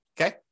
okay